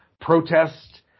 protest